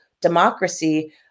democracy